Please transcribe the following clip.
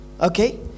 Okay